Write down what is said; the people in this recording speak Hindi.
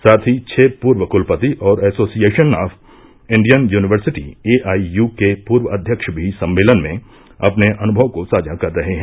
साथ ही छः पूर्व कुलपति और association of Indian university AIU के पूर्व अध्यक्ष भी सम्मेलन में अपने अनुभव को साझा कर रहे है